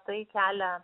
tai kelia